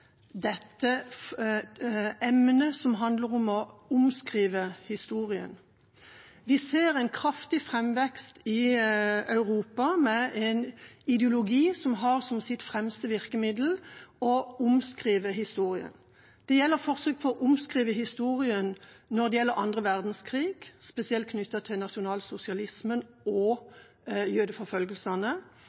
som handler om å omskrive historien. Vi ser en kraftig framvekst i Europa av en ideologi som har som sitt fremste virkemiddel å omskrive historien. Det er forsøk på å omskrive historien når det gjelder andre verdenskrig, spesielt knyttet til nasjonalsosialismen og jødeforfølgelsene.